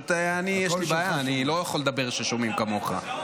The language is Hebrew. יש לי בעיה, אני לא יכול "דבר, שומעים" כמוך.